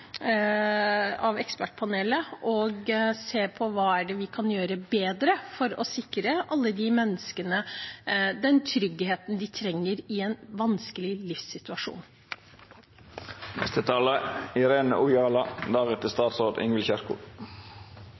Ekspertpanelet, og se på hva vi kan gjøre bedre for å sikre alle de menneskene den tryggheten de trenger i en vanskelig livssituasjon.